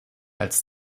als